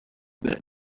good